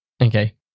Okay